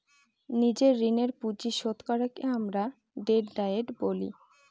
নিজের ঋণের পুঁজি শোধ করাকে আমরা ডেট ডায়েট বলি